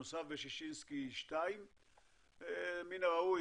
שנוסף בששינסקי 2. מן הראוי,